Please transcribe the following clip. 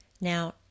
Now